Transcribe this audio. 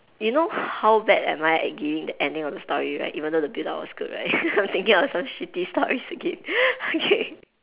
you know how bad am I at giving the ending of the story right even though the build up was good right I'm thinking of some shitty stories to give okay